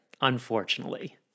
unfortunately